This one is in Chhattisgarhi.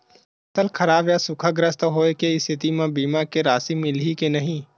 फसल खराब या सूखाग्रस्त होय के स्थिति म बीमा के राशि मिलही के नही?